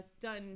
done